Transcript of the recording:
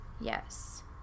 Yes